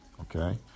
okay